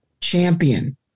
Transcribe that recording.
champion